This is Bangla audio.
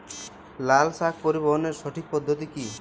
লালশাক পরিবহনের সঠিক পদ্ধতি কি?